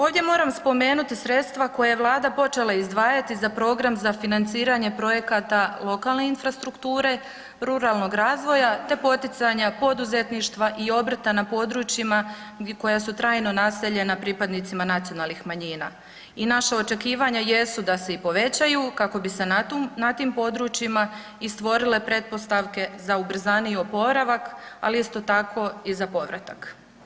Ovdje moram spomenuti sredstva koja je Vlada počela izdvajati za program za financiranje projekata lokalne infrastrukture, ruralnog razvoja te poticanja poduzetništva i obrta na područjima koja su trajno naseljena pripadnicima nacionalnih manjina i naša očekivanja jesu da se i povećaju kako bi se na tim područjima i stvorile pretpostavke za ubrzaniji oporavak, ali isto tako i za povratak.